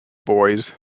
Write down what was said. boys